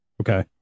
Okay